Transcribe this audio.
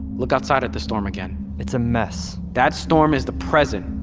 look outside at the storm, again it's a mess that storm is the present,